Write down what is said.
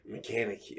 Mechanic